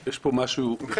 קודם כול, יש פה משהו מיתמם.